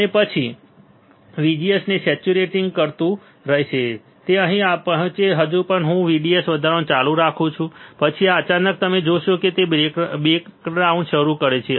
અને પછી તે VGS ને સેચ્યુરેટિંગ કરતું રહેશે તે અહીં પહોંચશે હજુ પણ હું VDS વધારવાનું ચાલુ રાખું છું પછી અચાનક તમે જોઈ શકો છો કે તે બ્રેકડાઉન શરૂ કરે છે